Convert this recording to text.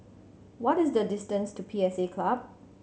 what is the distance to P S A Club